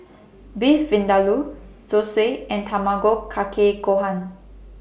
Beef Vindaloo Zosui and Tamago Kake Gohan